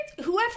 Whoever